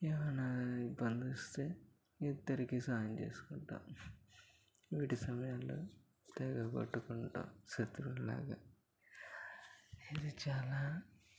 ఏమైనా ఇబ్బంది వస్తే ఇద్దరికి సాయం చేసుకుంటాం వీటి సమయాల్లో తెగ కొట్టుకుంటాం శత్రువులులాగా ఇది చాలా